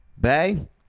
Bay